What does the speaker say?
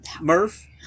Murph